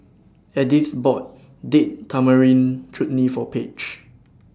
Edyth bought Date Tamarind Chutney For Page